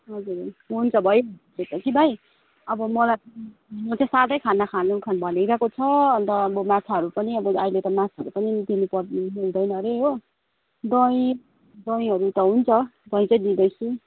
हजुर हजुर हुन्छ भइहाल्छ त्यो त कि भाइ अब मलाई म चाहिँ सादै खाना खानु भनिरहेको छ अन्त अब माछाहरू पनि अब अहिले त माछाहरू पनि दिनु पर्दैन हुँदैन हरे हो दही दहीहरू त हुन्छ दही चाहिँ दिँदैछु